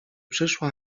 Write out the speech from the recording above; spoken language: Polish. przyszła